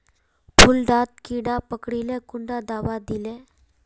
फुल डात कीड़ा पकरिले कुंडा दाबा दीले?